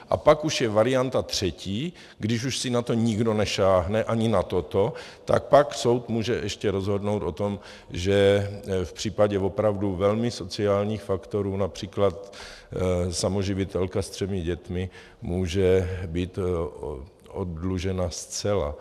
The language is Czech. A pak už je varianta třetí, když už si na to nikdo nesáhne, ani na toto, tak pak soud může ještě rozhodnout o tom, že v případě opravdu velmi sociálních faktorů např. samoživitelka s třemi dětmi může být oddlužena zcela.